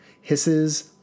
Hisses